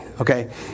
Okay